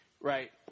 Right